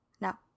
Now